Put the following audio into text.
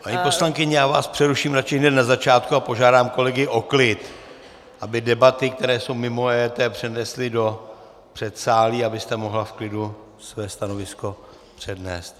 Paní poslankyně, já vás přeruším radši hned na začátku a požádám kolegy o klid, aby debaty, které jsou mimo EET, přenesli do předsálí, abyste mohla v klidu své stanovisko přednést.